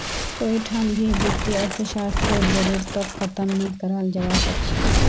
कोई ठान भी वित्तीय अर्थशास्त्ररेर जरूरतक ख़तम नी कराल जवा सक छे